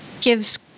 gives